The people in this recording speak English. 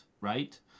right